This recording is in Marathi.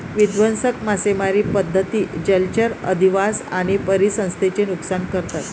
विध्वंसक मासेमारी पद्धती जलचर अधिवास आणि परिसंस्थेचे नुकसान करतात